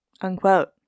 Unquote